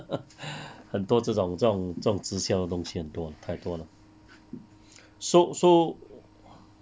ya they just started ya 很多这种这种这种直销的东西很多太多了